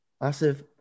massive